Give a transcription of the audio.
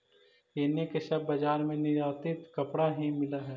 एने के सब बजार में निर्यातित कपड़ा ही मिल हई